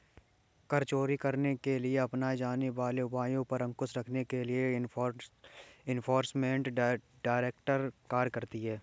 कर चोरी करने के लिए अपनाए जाने वाले उपायों पर अंकुश रखने के लिए एनफोर्समेंट डायरेक्टरेट कार्य करती है